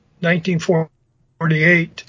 1948